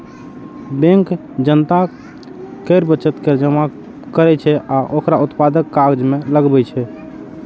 bank जनता केर बचत के जमा करै छै आ ओकरा उत्पादक काज मे लगबै छै